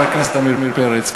חבר הכנסת עמיר פרץ,